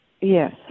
Yes